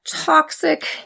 toxic